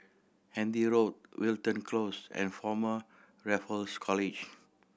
Handy Road Wilton Close and Former Raffles College